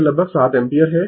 यह लगभग 7 एम्पीयर है